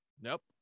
nope